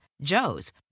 joe's